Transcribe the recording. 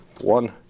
one